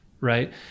right